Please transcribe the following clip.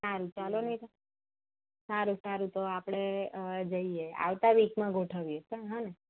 સારું ચાલોને સારું સારું તો આપણે જઈએ આવતાં વીકમાં ગોઠવીએ હા ને